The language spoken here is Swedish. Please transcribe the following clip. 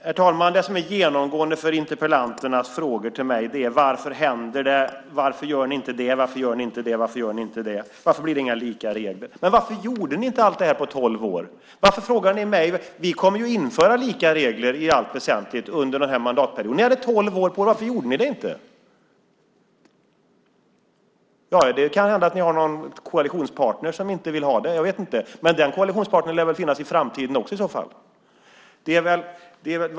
Herr talman! Interpellanternas frågor till mig är genomgående: Varför händer det inget? Varför gör ni inte det eller det? Varför blir det inte lika regler? Men varför gjorde inte ni allt detta på tolv år? Varför frågar ni mig? Vi kommer att införa lika regler i allt väsentligt under mandatperioden. Ni hade tolv år på er. Varför gjorde ni det inte? Det kan hända att ni hade någon koalitionspartner som inte vill ha det, men den koalitionspartnern lär väl finnas i framtiden också?